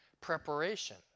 preparation